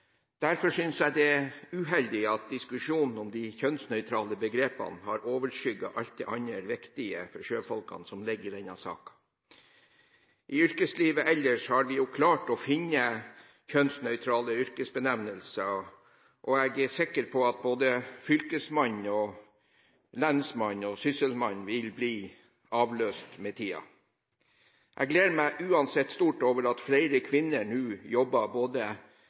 Derfor synes jeg det er uheldig at diskusjonen om de kjønnsnøytrale begrepene har overskygget alt det andre viktige for sjøfolkene som ligger i denne saken. I yrkeslivet ellers har de jo klart å finne kjønnsnøytrale yrkesbenevnelser, og jeg er sikker på at både fylkesmann, lensmann og sysselmann vil bli avløst med tiden. Jeg gleder meg uansett stort over at flere kvinner nå jobber både